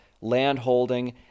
landholding